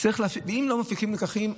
אם לא מפיקים לקחים,